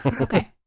okay